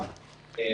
חיוני.